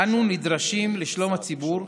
אנו נדרשים לשלום הציבור,